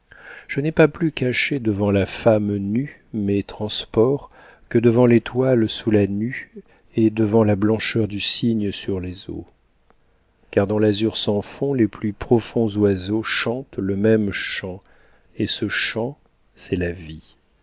je n'ai pas plus caché devant la femme nue mes transports que devant l'étoile sous la nue et devant la blancheur du cygne sur les eaux car dans l'azur sans fond les plus profonds oiseaux chantent le même chant et ce chant c'est la vie